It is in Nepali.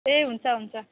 ए हुन्छ हुन्छ